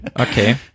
Okay